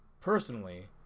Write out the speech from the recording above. personally